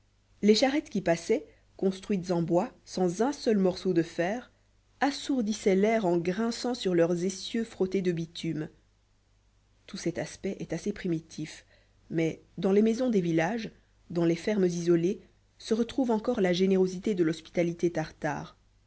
les charrettes qui passaient construites en bois sans un seul morceau de fer assourdissaient l'air en grinçant sur leurs essieux frottés de bitume tout cet aspect est assez primitif mais dans les maisons des villages dans les fermes isolées se retrouve encore la générosité de l'hospitalité tartare